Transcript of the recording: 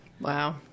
Wow